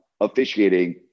officiating